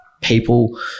people